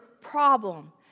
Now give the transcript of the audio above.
problem